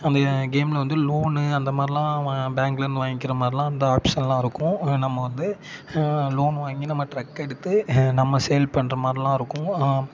அந்த கேமில் வந்து லோனு அந்த மாதிரிலாம் வா பேங்க்லேருந்து வாங்கிக்கின்ற மாதிரிலாம் அந்த ஆப்சனெலாம் இருக்கும் நம்ம வந்து லோன் வாங்கி நம்ம டிரக் எடுத்து நம்ம சேல் பண்ணுற மாதிரிலாம் இருக்கும்